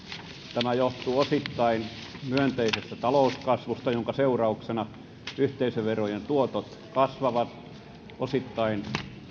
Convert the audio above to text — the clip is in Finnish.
tämä johtuu osittain myönteisestä talouskasvusta jonka seurauksena yhteisöverojen tuotot kasvavat osittain